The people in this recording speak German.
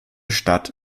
stadt